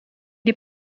est